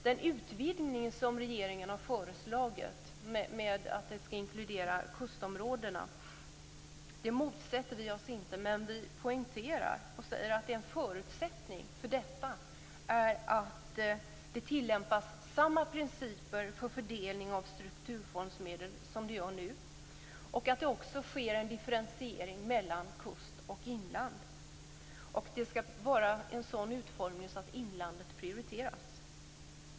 Den utvidgning som regeringen har föreslagit med att det skall inkludera kustområdena motsätter vi oss inte, men vi säger att en förutsättning för detta är att det tillämpas samma principer för fördelning av strukturfondsmedel som nu och att det också sker en differentiering mellan kust och inland. Det skall vara en sådan utformning att inlandet prioriteras.